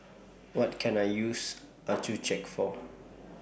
What Can I use Accucheck For